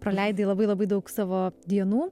praleidai labai labai daug savo dienų